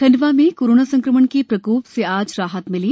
खण्डवा में कोरोना संक्रमण के प्रकोप से आज राहत मिली